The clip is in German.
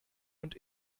und